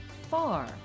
far